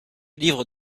livres